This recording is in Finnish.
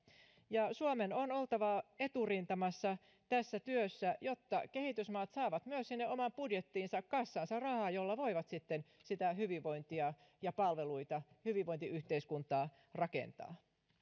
suomen on oltava eturintamassa tässä työssä jotta kehitysmaat saavat myös omaan budjettiinsa ja kassaansa rahaa jolla voivat sitten hyvinvointia ja palveluita hyvinvointiyhteiskuntaa rakentaa